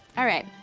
alright,